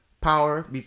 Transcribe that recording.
power